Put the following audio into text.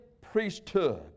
priesthood